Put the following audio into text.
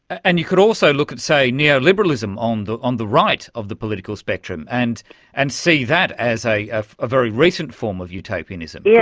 and you could also look at, say, neoliberalism um on the right of the political spectrum and and see that as a ah very recent form of utopianism, yeah